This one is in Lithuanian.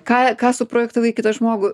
ką ką suprojektavai į kitą žmogų